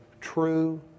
true